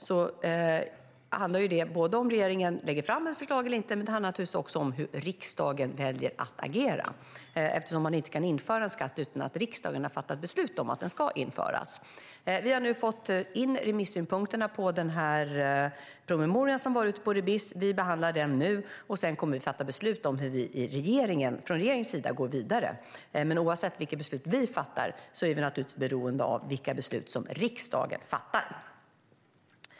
Det handlar både om regeringen lägger fram ett förslag eller inte och om hur riksdagen väljer att agera. Man kan inte införa en skatt utan att riksdagen har fattat beslut om att den ska införas. Vi har nu fått in remissynpunkterna på promemorian som varit ute på remiss. Vi behandlar den nu. Sedan kommer vi att fatta beslut om hur vi från regeringens sida går vidare. Oavsett vilket beslut vi fattar är vi beroende av vilka beslut som riksdagen fattar.